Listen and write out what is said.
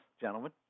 gentlemen